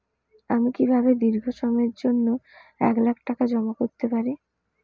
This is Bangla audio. আমি কিভাবে দীর্ঘ সময়ের জন্য এক লাখ টাকা জমা করতে পারি?